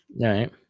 Right